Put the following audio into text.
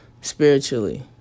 spiritually